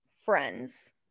friends